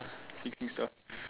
fixing stuff